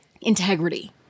integrity